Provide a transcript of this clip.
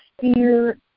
fear